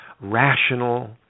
rational